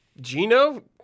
Gino